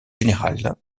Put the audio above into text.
générale